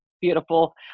beautiful